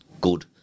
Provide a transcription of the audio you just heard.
good